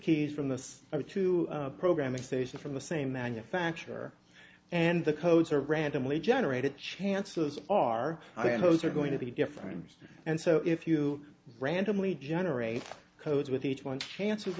keys from the or to programming station from the same manufacturer and the codes are randomly generated chances are i suppose are going to be different and so if you randomly generate codes with each one chances